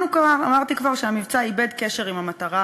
אמרתי כבר שהמבצע איבד קשר עם המטרה